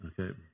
okay